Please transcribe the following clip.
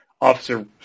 officer